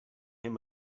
him